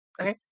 Okay